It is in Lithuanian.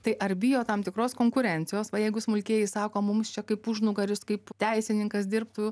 tai ar bijo tam tikros konkurencijos va jeigu smulkieji sako mums čia kaip užnugaris kaip teisininkas dirbtų